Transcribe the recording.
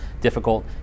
difficult